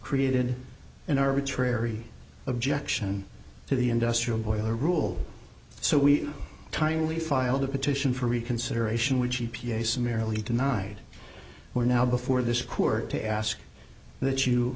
created an arbitrary objection to the industrial boiler rule so we timely filed a petition for reconsideration which e p a summarily tonight we're now before this court to ask that you